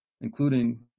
including